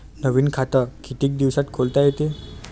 नवीन खात कितीक दिसात खोलता येते?